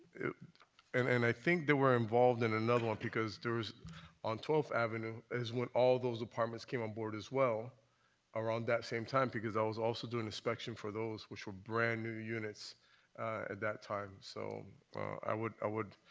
and and i think they were involved in another one because there was on twelfth avenue is when all those apartments came onboard as well around that same time because i was also doing inspection for those, which were brand-new units at that time, so i would i would